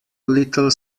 little